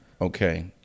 okay